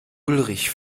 ulrich